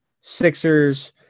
Sixers